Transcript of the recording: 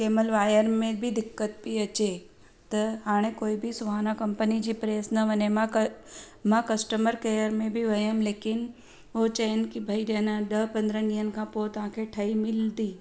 केॾीमहिल वायर में बि दिक़त पई अचे त हाणे कोई बि सुहाना कंपनी जी प्रेस न वञे मां कल्ह मां कस्टमर केयर में बि वियमि लेकिन उहे चवनि की भई की न ॾह पंद्रहं ॾींहनि खां पोइ तव्हांखे ठही मिलंदी